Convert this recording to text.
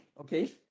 Okay